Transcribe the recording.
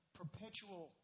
perpetual